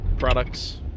products